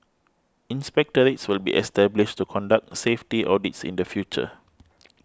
inspectorates will be established to conduct safety audits in the future